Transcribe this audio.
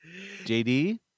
JD